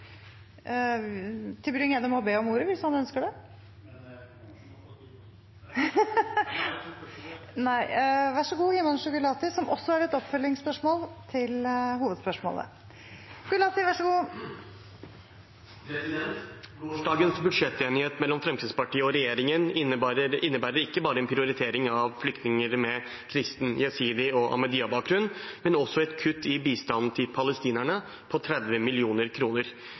til oppfølgingsspørsmål. Gårsdagens budsjettenighet mellom Fremskrittspartiet og regjeringen innebærer ikke bare en prioritering av flyktninger med kristen, jesidi- og ahmadiyya-bakgrunn, men også et kutt i bistanden til palestinerne på 30